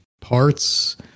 parts